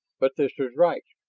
but this is right.